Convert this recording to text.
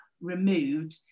removed